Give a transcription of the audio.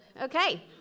Okay